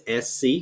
SC